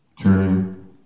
turning